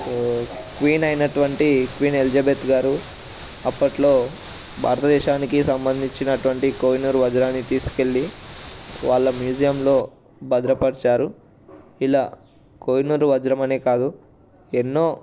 queen అయినటువంటి queen Elizabeth గారు అప్పట్లో భారతదేశానికి సంబంధించినటువంటి కోహినూరు వజ్రాన్ని తీసుకెళ్లి వాళ్ళ మ్యూజియంలో భద్రపరిచారు ఇలా కోహినూరు వజ్రం అనే కాదు ఎన్నో